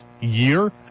year